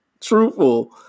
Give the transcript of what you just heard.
truthful